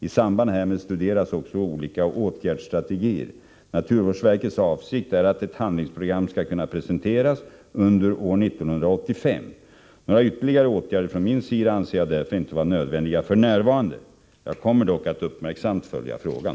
I samband härmed studeras också olika Åtgärdsstrategier. Naturvårdsverkets avsikt är att ett handlingsprogram skall kunna presenteras under år 1985. Några ytterligare åtgärder från min sida anser jag därför inte vara nödvändiga f.n. Jag kommer dock att uppmärksamt följa frågan.